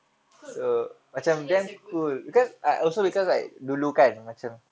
cool [what] actually that's a good movie it's a good show